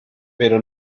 pero